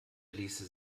ließe